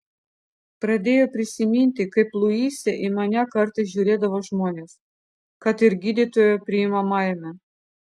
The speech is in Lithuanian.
pradėjau prisiminti kaip luise į mane kartais žiūrėdavo žmonės kad ir gydytojo priimamajame